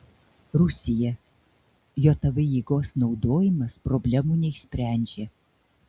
rusija jav jėgos naudojimas problemų neišsprendžia